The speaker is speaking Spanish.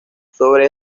sobre